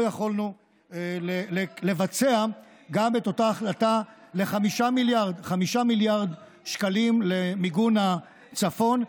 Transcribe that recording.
לא הצלחנו לבצע גם את אותה החלטה של 5 מיליארד שקלים למיגון הצפון.